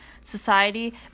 Society